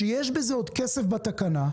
שיש בזה עוד כסף בתקנה.